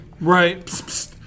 Right